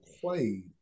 played